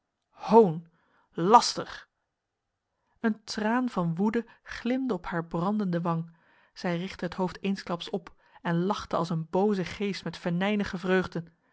neerslaan hoon laster een traan van woede glimde op haar brandende wang zij richtte het hoofd eensklaps op en lachte als een boze geest met venijnige vreugde